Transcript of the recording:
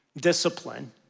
discipline